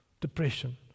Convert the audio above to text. depression